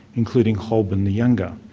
including holbein the younger.